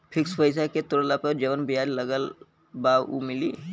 Fix पैसा के तोड़ला पर जवन ब्याज लगल बा उ मिली?